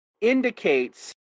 indicates